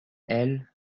elle